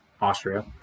Austria